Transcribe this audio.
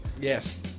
Yes